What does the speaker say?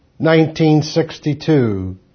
1962